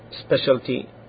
specialty